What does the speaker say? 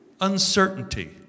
Uncertainty